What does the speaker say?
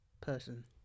person